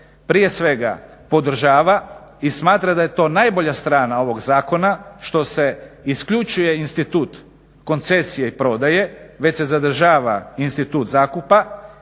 prije svega podržava i smatra da je to najbolja strana ovog zakona što se isključuje institut koncesije i prodaje već se zadržava institut zakupa